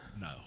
No